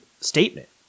statement